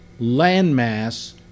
landmass